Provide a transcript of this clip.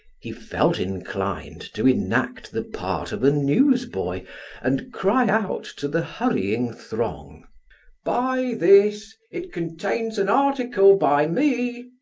he felt inclined to enact the part of a newsboy and cry out to the hurrying throng buy this! it contains an article by me!